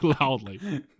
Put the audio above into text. loudly